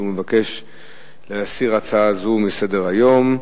הוא מבקש להסיר הצעה זו מסדר-היום.